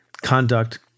conduct